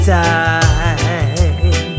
time